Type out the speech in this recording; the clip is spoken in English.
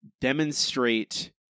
demonstrate